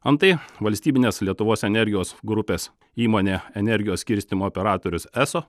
antai valstybinės lietuvos energijos grupės įmonė energijos skirstymo operatorius eso